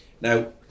Now